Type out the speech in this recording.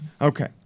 Okay